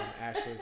Ashley